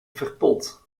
verpot